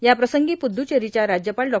याप्रसंगी पुहुचेरीच्या राज्यपाल डॉ